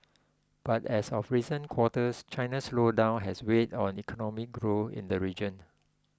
but as of recent quarters China's slowdown has weighed on economic growth in the region